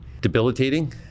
debilitating